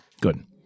Good